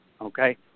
okay